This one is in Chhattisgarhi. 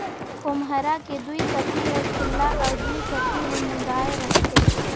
खोम्हरा के दुई कती हर खुल्ला अउ दुई कती हर मुदाए रहथे